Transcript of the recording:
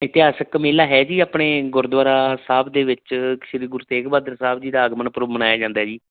ਇਤਿਹਾਸਿਕ ਮੇਲਾ ਹੈ ਜੀ ਆਪਣੇ ਗੁਰਦੁਆਰਾ ਸਾਹਿਬ ਦੇ ਵਿੱਚ ਸ੍ਰੀ ਗੁਰੂ ਤੇਗ ਬਹਾਦਰ ਸਾਹਿਬ ਜੀ ਦਾ ਆਗਮਨ ਪੁਰਬ ਮਨਾਇਆ ਜਾਂਦਾ ਜੀ